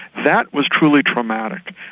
that was truly traumatic.